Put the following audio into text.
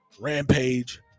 Rampage